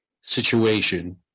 situation